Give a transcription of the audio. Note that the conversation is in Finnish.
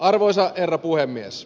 arvoisa herra puhemies